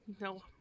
no